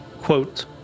quote